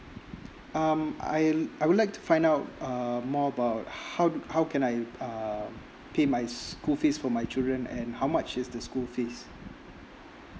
um I I would like to find out uh more about how how can I um pay my school fees for my children and how much is the school fees